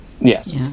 Yes